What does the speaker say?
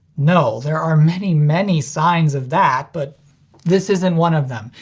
no. there are many many signs of that but this isn't one of them.